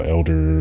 Elder